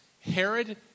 Herod